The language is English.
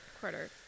quarter